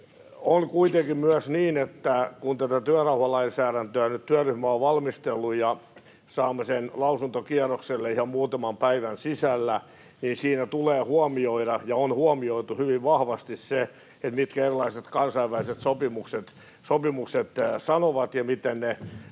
On kuitenkin myös niin, että kun tätä työrauhalainsäädäntöä nyt työryhmä on valmistellut ja saamme sen lausuntokierrokselle ihan muutaman päivän sisällä, niin siinä tulee huomioida ja on huomioitu hyvin vahvasti se, mitä erilaiset kansainväliset sopimukset sanovat ja miten ne